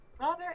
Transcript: Robert